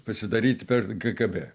pasidaryt per kgb